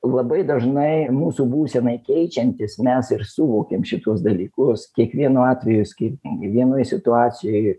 labai dažnai mūsų būsenai keičiantis mes ir suvokiam šituos dalykus kiekvienu atveju skirtingai vienoj situacijoj